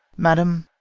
madam,